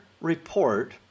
report